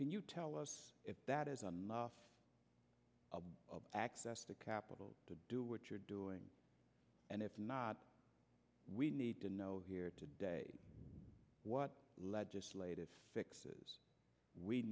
can you tell us if that is on the access the capital to do what you're doing and if not we need to know here today what legislative fixes we